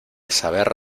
saber